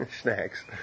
snacks